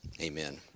Amen